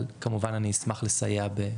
אבל כמובן אני אשמח לסייע.